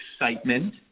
excitement